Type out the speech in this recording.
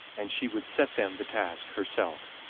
and she would set them the task herself.